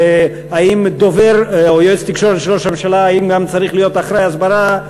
האם יועץ התקשורת של ראש הממשלה צריך להיות גם אחראי הסברה?